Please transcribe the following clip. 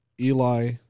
Eli